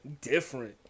Different